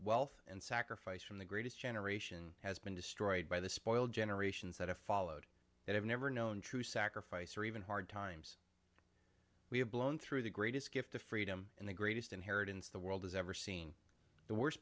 wealth and sacrifice from the greatest generation has been destroyed by the spoiled generations that have followed it have never known true sacrifice or even hard times we have blown through the greatest gift of freedom and the greatest inheritance the world has ever seen the worst